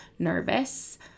nervous